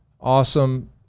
Awesome